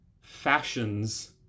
fashions